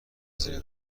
هزینه